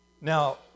Now